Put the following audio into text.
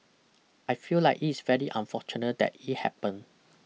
I feel like it's very unfortunate that it happened